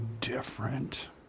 different